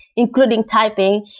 including typing.